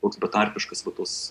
toks betarpiškas va tas